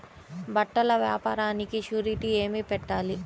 బట్టల వ్యాపారానికి షూరిటీ ఏమి పెట్టాలి?